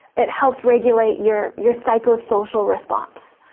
it helps regulate your your psychosocial response.